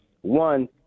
One